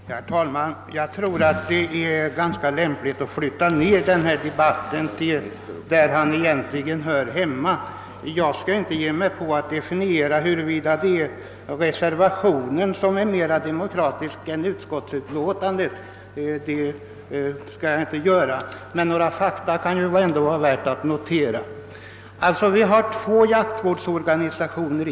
Herr talman! Jag tror att det är lämpligt att flytta ned denna debatt till det plan där den egentligen hör hemma. Jag skall inte ge mig in på att avgöra om reservationen är mer demokratisk än utskottsmajoritetens utlåtande. Jag tänkte i stället framhålla några fakta. Vi har i det här landet två jaktvårdsorganisationer.